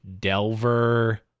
Delver